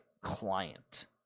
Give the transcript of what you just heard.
client